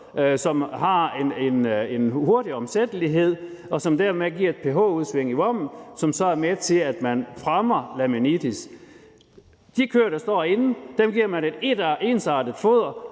som har en hurtig omsættelighed, og som dermed giver et pH-udsving i vommen, som så er med til, at man fremmer laminitis. De køer, der står inde, giver man et ensartet foder